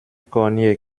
cormier